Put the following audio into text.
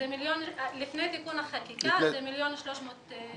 לפני תיקון החקיקה זה 1.384 מיליון.